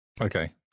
Okay